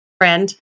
friend